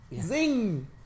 Zing